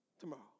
Tomorrow